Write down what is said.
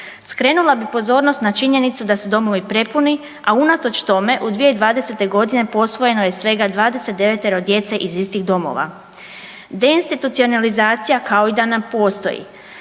Skrenula bih pozornost na činjenicu da su domovi prepuni, a unatoč tome u 2020. Posvojeno je svega 29 djece iz istih domova. Deinstitucionalizacija kao i da ne postoji.